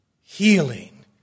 Healing